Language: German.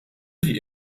die